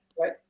right